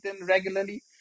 regularly